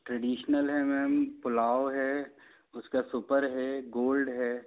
traditional है मैंम पुलाव है उसका सुपर है गोल्ड है